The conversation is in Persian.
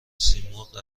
سیمرغ